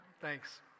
Thanks